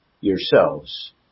yourselves